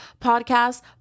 podcast